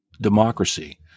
democracy